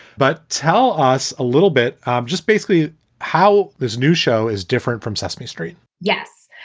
but tell us a little bit um just basically how this new show is different from sesame street yes.